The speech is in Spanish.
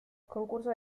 concursos